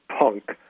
punk